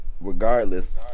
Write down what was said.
regardless